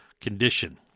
Condition